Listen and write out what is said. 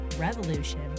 revolution